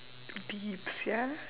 deep sia